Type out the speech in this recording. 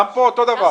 גם כאן, אותו הדבר.